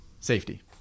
safety